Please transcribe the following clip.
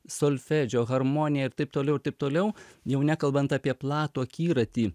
solfedžio harmonija ir taip toliau ir taip toliau jau nekalbant apie platų akiratį